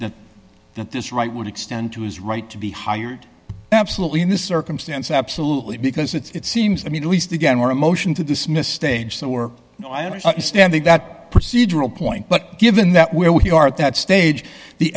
s that this right would extend to his right to be hired absolutely in this circumstance absolutely because it's seems i mean at least again we're a motion to dismiss stage so we're standing that procedural point but given that where we are at that stage the